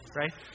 right